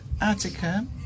Attica